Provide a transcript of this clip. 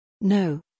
No